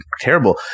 Terrible